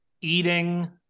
eating